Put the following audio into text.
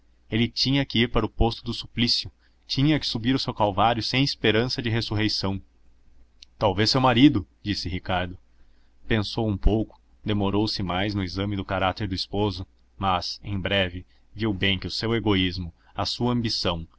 ele tinha que ir para o posto de suplício tinha que subir o seu calvário sem esperança de ressurreição talvez seu marido disse ricardo pensou um pouco demorou-se mais no exame do caráter do esposo mas em breve viu bem que o seu egoísmo a sua